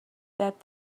that